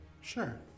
Sure